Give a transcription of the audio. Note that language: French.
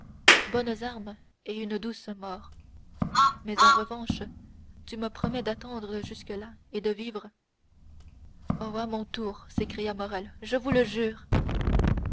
bonnes armes et une douce mort mais en revanche tu me promets d'attendre jusque-là et de vivre oh à mon tour s'écria morrel je vous le jure